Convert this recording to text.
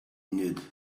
needed